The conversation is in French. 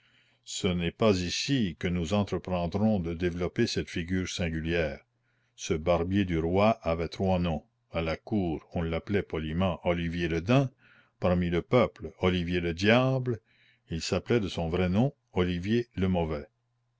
ce n'est pas ici que nous entreprendrons de développer cette figure singulière ce barbier du roi avait trois noms à la cour on l'appelait poliment olivier le daim parmi le peuple olivier le diable il s'appelait de son vrai nom olivier le mauvais